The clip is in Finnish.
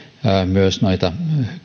myös